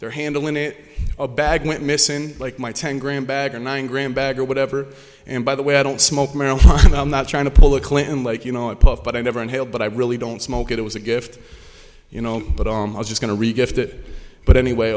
they're handling it a bag went missing like my ten gram bag or nine gram bag or whatever and by the way i don't smoke marijuana and i'm not trying to pull a clinton like you know a puff but i never inhaled but i really don't smoke it it was a gift you know but i was just going to read if that but anyway